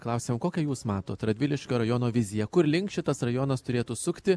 klausiam kokią jūs matot radviliškio rajono viziją kur link šitas rajonas turėtų sukti